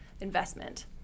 investment